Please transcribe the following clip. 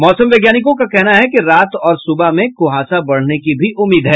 मौसम वैज्ञानिकों का कहना है कि रात और सुबह में कुहासा बढ़ने की भी उम्मीद है